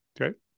Okay